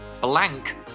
blank